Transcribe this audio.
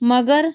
مگر